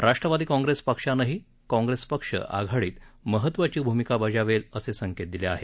राष्ट्रवादी काँग्रेस पक्षानेही काँग्रेस पक्ष आधाडीत महत्वाची भूमिका बजावेल असे संकेत दिले आहेत